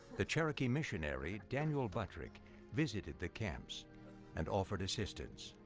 the cherokee missionary daniel buttrick visited the camps and offered assistance.